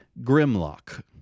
grimlock